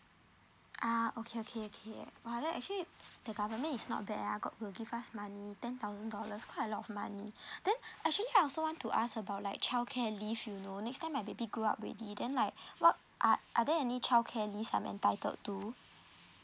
ah okay okay okay !wah! then actually the government is not bad ah got will give us money ten thousand dollars quite a lot of money then actually I also want to ask about like childcare leave you know next time my baby grow up already then like what are are there any childcare leave I'm entitled to